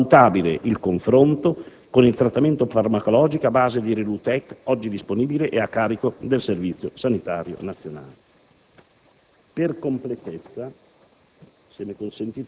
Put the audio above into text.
rendendo così valutabile il confronto con il trattamento farmacologico a base di Rilutek, oggi disponibile e a carico del Servizio sanitario nazionale. Per completezza,